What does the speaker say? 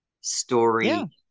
story